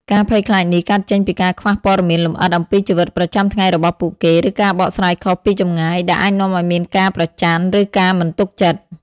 ក្នុងករណីខ្លះ មានការភ័យខ្លាចបាត់បង់គ្នា ការនៅឆ្ងាយអាចធ្វើឱ្យមនុស្សមានអារម្មណ៍មិនសូវមានសុវត្ថិភាពក្នុងទំនាក់ទំនង ដោយខ្លាចថាមនុស្សជាទីស្រឡាញ់នឹងរវល់ពេក ឬផ្លាស់ប្តូរចិត្តទៅរកអ្នកផ្សេងដោយសារតែគម្លាតភូមិសាស្ត្រ។